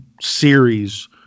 series